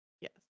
Yes